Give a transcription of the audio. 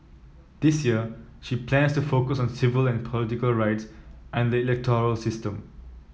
this year she plans to focus on civil and political rights and the electoral system